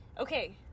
Okay